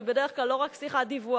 שהיא בדרך כלל לא רק שיחת דיווח,